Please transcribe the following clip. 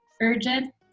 urgent